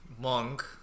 monk